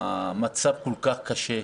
המצב כל כך קשה.